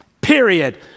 Period